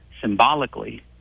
symbolically